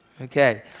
Okay